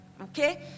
Okay